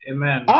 Amen